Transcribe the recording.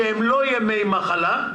שהם לא ימי מחלה,